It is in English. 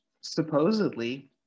supposedly